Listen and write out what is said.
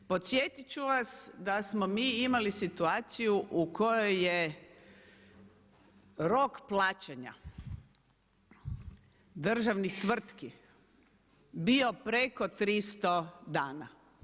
Podsjetiti ću vas da smo mi imali situaciju u kojoj je rok plaćanja državnih tvrtki bio preko 300 dana.